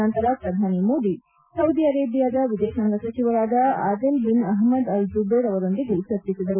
ನಂತರ ಪ್ರಧಾನಿ ಮೋದಿ ಸೌದಿ ಅರೇಬಿಯಾದ ವಿದೇಶಾಂಗ ಸಚಿವರಾದ Adel bin Ahmed al Jubeir ಅವರೊಂದಿಗೂ ಚರ್ಚಿಸಿದರು